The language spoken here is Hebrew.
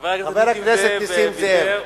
חבר הכנסת נסים זאב ויתר,